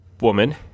woman